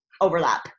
overlap